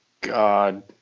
God